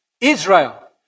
Israel